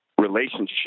relationship